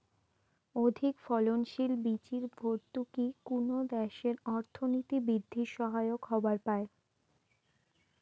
অধিকফলনশীল বীচির ভর্তুকি কুনো দ্যাশের অর্থনীতি বিদ্ধির সহায়ক হবার পায়